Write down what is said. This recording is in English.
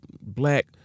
black